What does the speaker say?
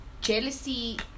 jealousy